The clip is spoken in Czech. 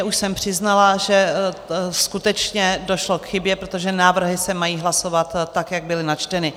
Už jsem přiznala, že skutečně došlo k chybě, protože návrhy se mají hlasovat tak, jak byly načteny.